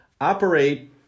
operate